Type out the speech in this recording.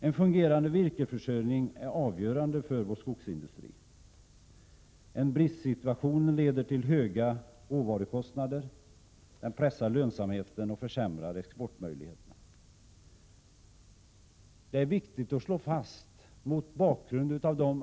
En fungerande virkesförsörjning är avgörande för vår skogsindustri. En bristsituation leder till höga råvarukostnader, pressar lönsamheten och försämrar exportmöjligheterna.